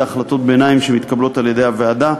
החלטות ביניים שמתקבלות על-ידי הוועדה,